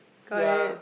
got it